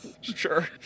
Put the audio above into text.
Sure